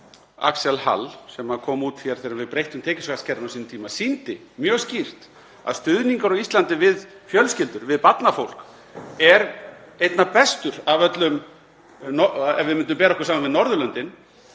Axel Hall sem kom út þegar við breyttum tekjuskattskerfinu á sínum tíma sýndi það mjög skýrt að stuðningur á Íslandi við fjölskyldur, við barnafólk, er einna bestur, ef við myndum bera okkur saman við Norðurlöndin,